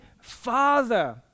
father